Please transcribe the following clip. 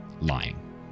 lying